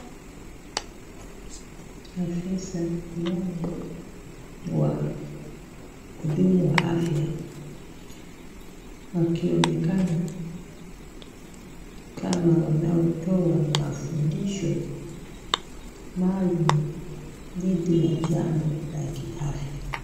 Afisa fulani wa wahudumu wa afya wakionekana kama wanaotoa mafundisho maalum dhidi ya jambo la kiafya.